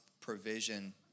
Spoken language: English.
provision